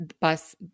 bus